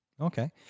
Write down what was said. Okay